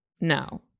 No